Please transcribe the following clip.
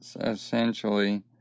essentially